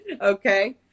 Okay